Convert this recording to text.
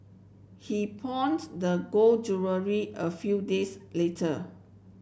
he pawned the gold jewellery a few days later